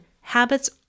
habits